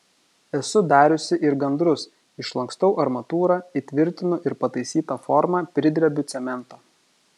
esu dariusi ir gandrus išlankstau armatūrą įtvirtinu ir pataisytą formą pridrebiu cemento